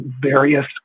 various